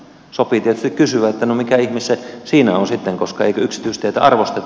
sopii tietysti kysyä että no mikä ihme se siinä on sitten että eikö yksityisteitä arvosteta